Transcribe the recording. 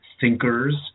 thinkers